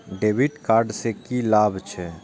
डेविट कार्ड से की लाभ छै?